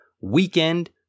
Weekend